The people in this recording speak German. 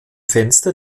fenster